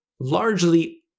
largely